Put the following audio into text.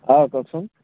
অঁ কওকচোন